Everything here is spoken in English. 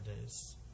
days